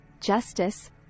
justice